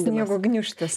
sniego gniūžtės